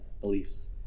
beliefs